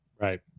right